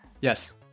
Yes